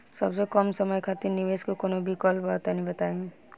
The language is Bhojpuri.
सबसे कम समय खातिर निवेश के कौनो विकल्प बा त तनि बताई?